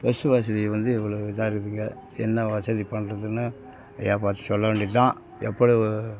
bus வசதி வந்து இவ்வளோ இதாக இருக்குதுங்க என்ன வசதி பண்ணுறதுன்னு எதா பார்த்து சொல்ல வேண்டியது தான் எப்படி ஓ